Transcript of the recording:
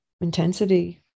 intensity